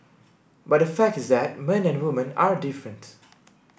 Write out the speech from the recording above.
but the fact is that men and woman are different